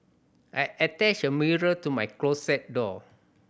I attached a mirror to my closet door